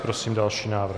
Prosím další návrh.